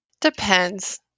Depends